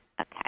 Okay